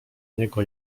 niego